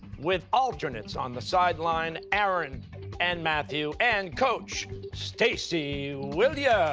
with alternates on the sideline aaron and matthew, and coach stacy williams.